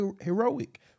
heroic